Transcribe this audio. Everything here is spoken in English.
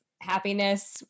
happiness